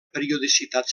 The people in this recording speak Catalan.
periodicitat